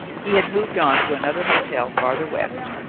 he had moved on to another hotel farther west,